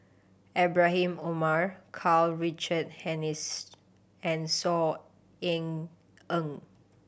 Ibrahim Omar Karl Richard Hanitsch and Saw Ean Ang